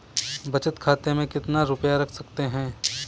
बचत खाते में कितना रुपया रख सकते हैं?